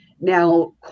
now